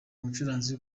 umucuruzi